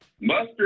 mustard